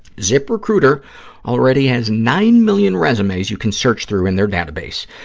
ziprecruiter already has nine million resumes you can search through in their database.